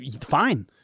fine